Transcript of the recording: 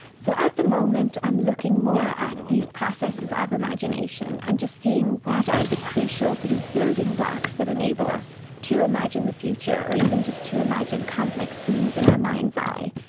so at the moment i'm looking more at these processes of imagination and just seeing what are the crucial sort of building blocks that enable us to imagine the future or even just to imagine complex scenes in our mind's eye.